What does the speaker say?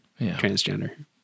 transgender